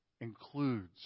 includes